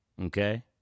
Okay